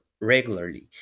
regularly